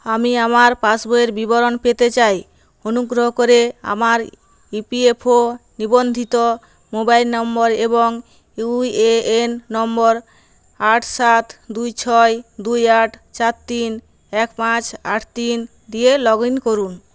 আমি আমার পাসবইয়ের বিবরণ পেতে চাই অনুগ্রহ করে আমার ইপিএফও নিবন্ধিত মোবাইল নম্বর এবং ইউএএন নম্বর আট সাত দুই ছয় দুই আট চার তিন এক পাঁচ আট তিন দিয়ে লগইন করুন